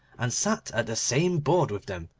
and sat at the same board with them,